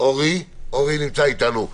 שמשרד הבריאות ואתם וכולם עושים את עבודתם,